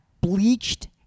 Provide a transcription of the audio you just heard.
bleached